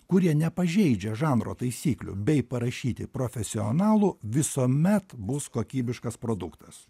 kurie nepažeidžia žanro taisyklių bei parašyti profesionalų visuomet bus kokybiškas produktas